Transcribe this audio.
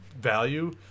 value